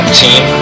team